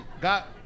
got